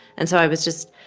and so i was just,